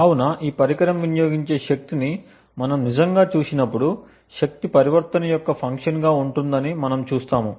కాబట్టి ఈ పరికరం వినియోగించే శక్తిని మనం నిజంగా చూసినప్పుడు శక్తి పరివర్తన యొక్క ఫంక్షన్గా ఉంటుందని మనం చూస్తాము